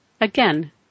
again